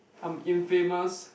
I'm infamous